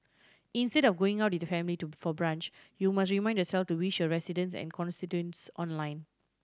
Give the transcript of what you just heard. instead of going out with your family to for brunch you must remind yourself to wish your residents and constituents online